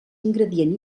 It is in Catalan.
ingredient